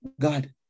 God